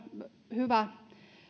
hyvä